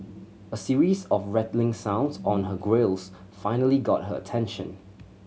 a series of rattling sounds on her grilles finally got her attention